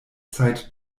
zeit